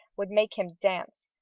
would make him dance.